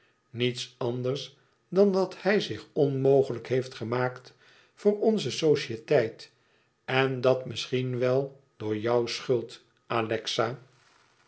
niets anders dan dat hij zich onmogelijk heeft gemaakt voor onze societeit en dat misschien wel door jouw schuld alexa